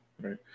Right